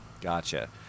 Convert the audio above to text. Gotcha